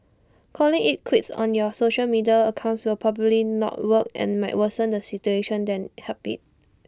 calling IT quits on your social media accounts will probably not work and might worsen the situation than help IT